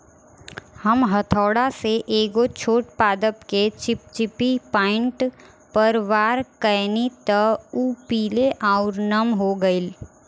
हम हथौड़ा से एगो छोट पादप के चिपचिपी पॉइंट पर वार कैनी त उ पीले आउर नम हो गईल